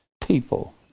people